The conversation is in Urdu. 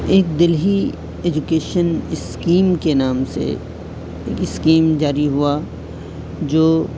ایک دہلی ایجوکیشن اسکیم کے نام سے ایک اسکیم جاری ہوا جو